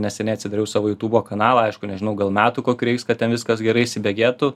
neseniai atsidariau savo jūtūbo kanalą aišku nežinau gal metų kokių reiks kad ten viskas gerai įsibėgėtų